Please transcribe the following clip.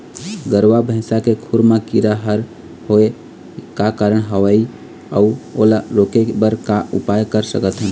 गरवा भैंसा के खुर मा कीरा हर होय का कारण हवए अऊ ओला रोके बर का उपाय कर सकथन?